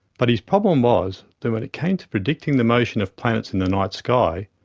but his problem was, that when it came to predicting the motion of planets in the night sky,